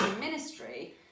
ministry